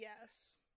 yes